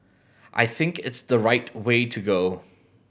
I think it's the right way to go